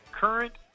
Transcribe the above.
Current